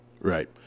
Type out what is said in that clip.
right